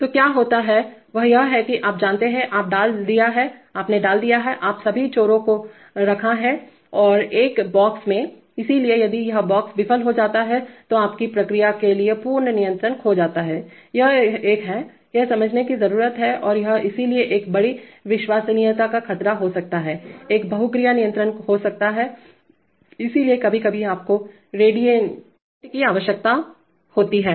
तो क्या होता हैवह यह है कि आप जानते हैंआपने डाल दिया हैआपने सभी छोरों को रखा हैअब एक बॉक्स मेंइसलिए यदि वह बॉक्स विफल हो जाता है तो आपकी प्रक्रिया के लिए पूर्ण नियंत्रण खो जाता हैयह एक है यह समझने की जरूरत है और इसलिए यह एक बड़ी विश्वसनीयता का खतरा हो सकता हैएक बहुक्रिया नियंत्रक हो सकता हैइसलिए कभी कभी आपको रेडंडान्त की आवश्यकता होती है